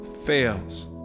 fails